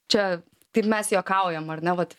čia taip mes juokaujam ar ne vat